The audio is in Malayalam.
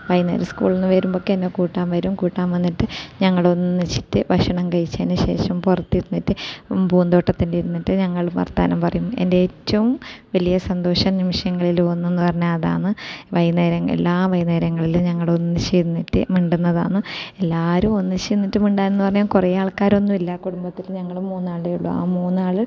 വൈകുന്നേരം സ്കൂളിൽ നിന്ന് വരുമ്പോഴേയ്ക്ക് എന്നെ കൂട്ടാൻ വരും കൂട്ടാൻ വന്നിട്ട് ഞങ്ങൾ ഒന്നിച്ചിട്ട് ഭക്ഷണം കഴിച്ചതിനു ശേഷം പുറത്തിരുന്നിട്ട് പൂന്തോട്ടത്തിൽ ഇരുന്നിട്ട് ഞങ്ങളും വർത്തമാനം പറയും എൻ്റെ ഏറ്റവും വലിയ സന്തോഷ നിമിഷങ്ങളിൽ ഒന്നെന്നു പറഞ്ഞാൽ അതാണ് വൈകുന്നേരങ്ങളിൽ എല്ലാ വൈകുന്നേരങ്ങളിലും ഞങ്ങൾ ഒന്നിച്ചിരുന്നിട്ട് മിണ്ടുന്നതാണ് എല്ലാവരും ഒന്നിച്ചു നിന്നിട്ട് മിണ്ടാൻ എന്ന് പറയാൻ കുറേ ആൾക്കാരൊന്നുമില്ല കുടുംബത്തിൽ ഞങ്ങൾ മൂന്നാളേ ഉള്ളൂ ആ മൂന്നാൾ